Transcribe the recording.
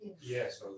Yes